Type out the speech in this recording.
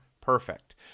perfect